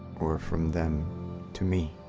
or from them to me.